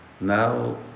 Now